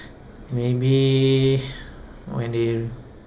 maybe when they